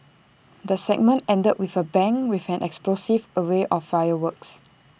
the segment ended with A bang with an explosive array of fireworks